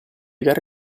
gare